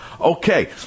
Okay